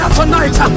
tonight